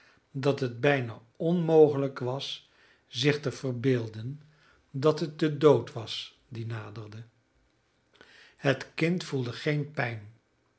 gevoerd dat het bijna onmogelijk was zich te verbeelden dat het de dood was die naderde het kind voelde geen